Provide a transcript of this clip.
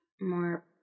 more